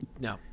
no